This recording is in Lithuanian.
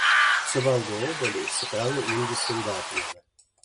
suvalgau obuolį ir sukraunu indus į indaplovę